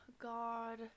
god